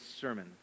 sermon